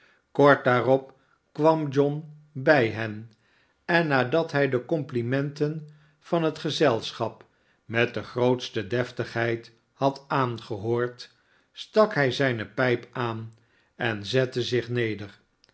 kort daarop kwam john bij hen en nadat hij de complimenten van het gezelschap met de grootste deftigheid had aangehoord stak hij zijne pijp aan en zette zich neder